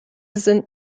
sind